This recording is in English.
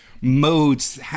modes